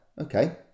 okay